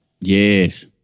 Yes